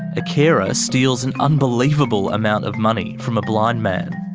a carer steals an unbelievable amount of money from a blind man.